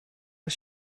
das